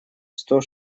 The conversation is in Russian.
сто